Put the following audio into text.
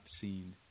seen